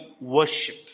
worship